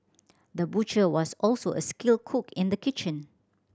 the butcher was also a skilled cook in the kitchen